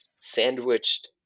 sandwiched